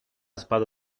spada